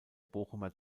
bochumer